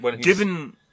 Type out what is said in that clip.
Given